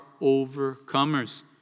overcomers